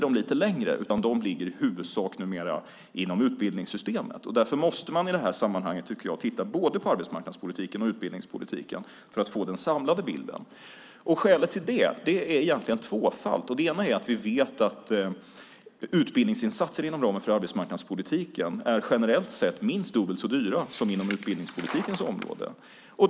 De lite längre insatserna ligger numera i huvudsak inom utbildningssystemet. Därför tycker jag att man in det här sammanhanget måste titta både på arbetsmarknadspolitiken och på utbildningspolitiken för att få den samlade bilden. Skälet till det är egentligen tvåfalt. Det ena är att vi vet att utbildningsinsatser inom ramen för arbetsmarknadspolitiken generellt sett är minst dubbelt så dyra som de är inom utbildningspolitikens område.